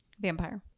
Vampire